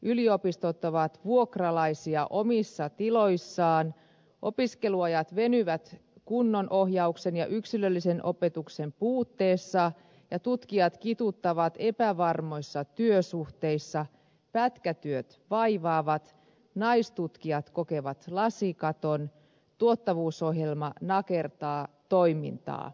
yliopistot ovat vuokralaisia omissa tiloissaan opiskeluajat venyvät kunnon ohjauksen ja yksilöllisen opetuksen puutteessa tutkijat kituuttavat epävarmoissa työsuhteissa pätkätyöt vaivaavat naistutkijat kokevat lasikaton tuottavuusohjelma nakertaa toimintaa